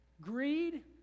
greed